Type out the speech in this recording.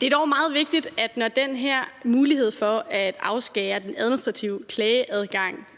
Det er dog meget vigtigt, at når den her mulighed for at afskære den administrative klageadgang